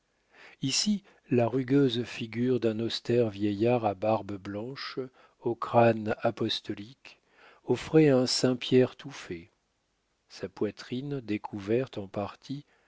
ici la rugueuse figure d'un austère vieillard à barbe blanche au crâne apostolique offrait un saint pierre tout fait sa poitrine découverte en partie